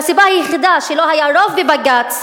והסיבה היחידה שלא היה רוב בבג"ץ